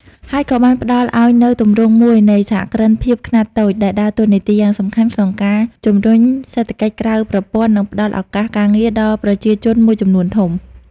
ហើយក៏បានផ្តល់ឱ្យនូវទម្រង់មួយនៃ សហគ្រិនភាពខ្នាតតូច ដែលដើរតួនាទីយ៉ាងសំខាន់ក្នុងការជំរុញសេដ្ឋកិច្ចក្រៅប្រព័ន្ធ និងផ្តល់ឱកាសការងារដល់ប្រជាជនមួយចំនួនធំ ។